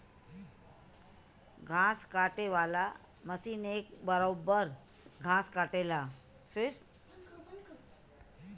घास काटे वाला मशीन एक बरोब्बर घास काटेला